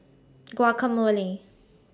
Guacamole